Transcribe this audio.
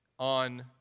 on